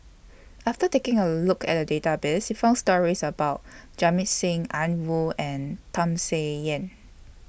after taking A Look At The Database We found stories about Jamit Singh An Woo and Tham Sien Yen